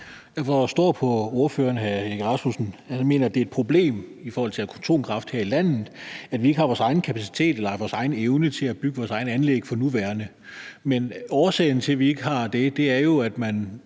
Jeg forstår på ordføreren, hr. Søren Egge Rasmussen, at han mener, det er et problem i forhold til at kunne få atomkraft her i landet, at vi ikke har vores egen kapacitet eller vores egen evne til at bygge vores egne anlæg, for nuværende. Men årsagen til, at vi ikke har det, er jo, at man